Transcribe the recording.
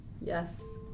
Yes